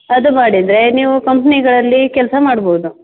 ಅದು ಮಾಡಿದರೆ ನೀವು ಕಂಪ್ನಿಗಳಲ್ಲಿ ಕೆಲಸ ಮಾಡ್ಬೋದು